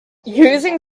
using